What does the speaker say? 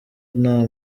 nta